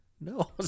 no